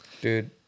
dude